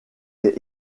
est